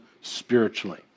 spiritually